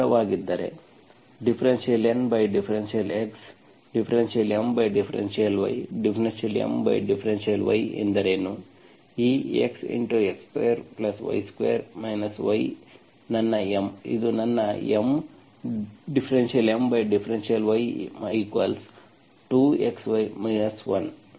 ಇದು ನಿಖರವಾಗಿದ್ದರೆ ∂N∂x ∂M∂y ∂M∂y ಎಂದರೇನು ಈ xx2y2 y ನನ್ನ M ಇದು ನನ್ನ M ∂M∂y2xy 1